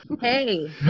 Hey